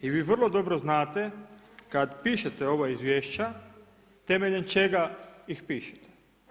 I vi vrlo dobro znate kad pišete ova izvješća temeljem čega ih pišete.